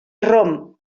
romp